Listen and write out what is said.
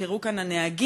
הוזכרו כאן הנהגים,